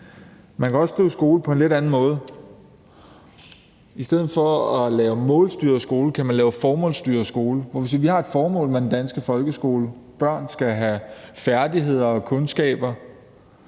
Man kan også drive skole på en lidt anden måde. I stedet for at lave mere målstyret skole kan man lave formålsstyret skole, hvor vi siger, at vi har et formål med den danske folkeskole: Børn skal have færdigheder og kundskaber;